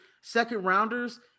second-rounders